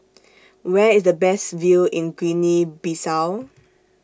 Where IS The Best View in Guinea Bissau